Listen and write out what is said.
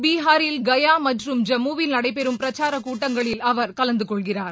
பீகாரில் கயா மற்றும் ஜமுயீ யில் நடைபெறும் பிரச்சாரக் கூட்டங்களில் அவர் கலந்து கொள்கிறார்